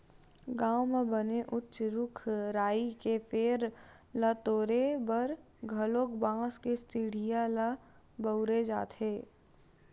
गाँव म बने उच्च रूख राई के फर ल तोरे बर घलोक बांस के सिड़िया ल बउरे जाथे